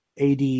AD